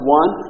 one